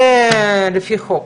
זה לפי חוק.